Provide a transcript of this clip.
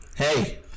Hey